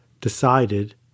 decided